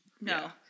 No